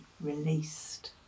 released